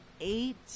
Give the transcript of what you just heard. eight